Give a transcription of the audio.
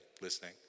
listening